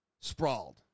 sprawled